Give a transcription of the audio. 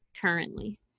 currently